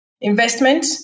investment